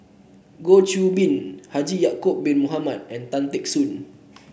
Goh Qiu Bin Haji Ya'acob Bin Mohamed and Tan Teck Soon